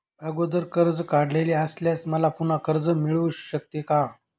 अगोदर कर्ज काढलेले असल्यास मला पुन्हा कर्ज मिळू शकते का?